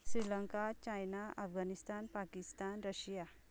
Sri Lanka China Afghanistan Pakistan Russia